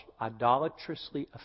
idolatrously